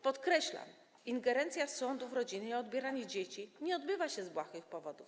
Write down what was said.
Podkreślam: ingerencja sądu w rodzinę i odbieranie dzieci nie odbywają się z błahych powodów.